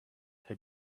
her